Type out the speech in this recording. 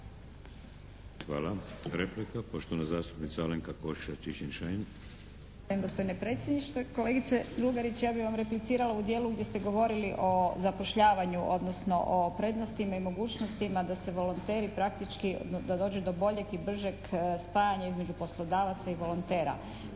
**Košiša Čičin-Šain, Alenka (HNS)** Hvala gospodine predsjedniče. Kolegice Lugarić ja bih vam replicirala u dijelu gdje ste govorili o zapošljavanju, odnosno o prednostima i mogućnostima da se volonteri praktički, da dođe do boljeg i bržeg spajanja između poslodavaca i volontera.